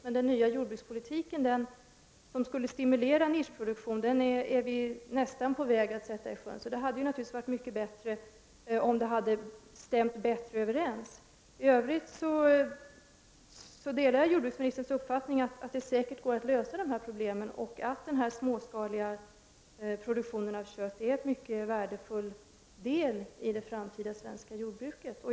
Den nya jordbrukspolitiken, som skulle stimulera nischproduktion, är vi nu nästan på väg att sätta i sjön. Det hade varit värdefullt med en bättre överensstämmelse. I övrigt delar jag jordbruksministerns uppfattning att det går att lösa dessa problem och att småskalig produktion av kött är en mycket värdefull del i det framtida svenska jordbruket.